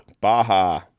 Baja